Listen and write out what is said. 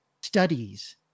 studies